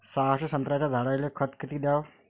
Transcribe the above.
सहाशे संत्र्याच्या झाडायले खत किती घ्याव?